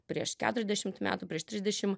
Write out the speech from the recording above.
prieš keturiasdešimt metų prieš trisdešim